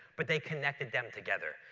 but they connected them together.